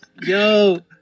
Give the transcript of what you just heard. yo